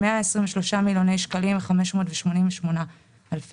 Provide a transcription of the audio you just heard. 123.588 מיליון שקלים.